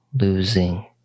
losing